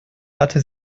hatte